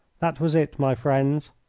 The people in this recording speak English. that was it, my friends!